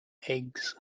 eggs